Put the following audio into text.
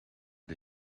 the